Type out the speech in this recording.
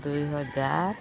ଦୁଇ ହଜାର